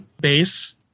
base